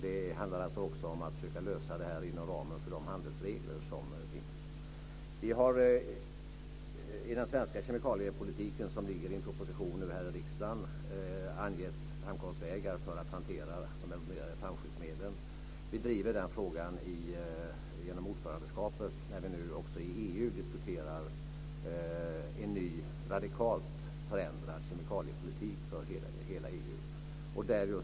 Det handlar bl.a. om att försöka lösa det här inom ramen för de handelsregler som finns. Den svenska kemikaliepolitiken sammanfattas i en propositionen som nu ligger här i riksdagen. Vi har angett framkomstvägar för att hantera de bromerade flamskyddsmedlen. Vi driver den frågan genom ordförandeskapet när nu också EU diskuterar en ny, radikalt förändrad kemikaliepolitik för hela EU.